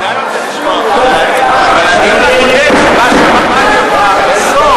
אני בוודאי רוצה לשמוע, אבל אני, חברים, הצעת